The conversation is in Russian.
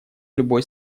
любой